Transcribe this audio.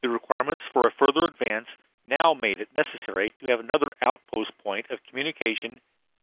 the requirements for a further advance now made it necessary to have another outpost point of communication